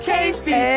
Casey